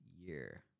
year